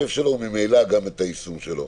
-- וממילא גם את היישום שלו.